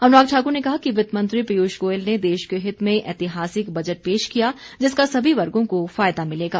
अनुराग ठाक्र ने कहा कि वित्त मंत्री पियूष गोयल ने देश के हित में ऐतिहासिक बजट पेश किया जिसका सभी वर्गों को फायदा मिलेगा